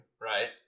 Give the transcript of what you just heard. right